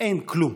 אין כלום.